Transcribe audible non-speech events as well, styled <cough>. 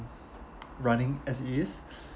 running as it is <breath>